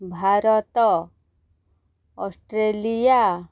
Bharat Australia